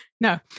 No